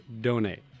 donate